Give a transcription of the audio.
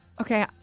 okay